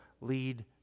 lead